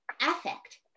affect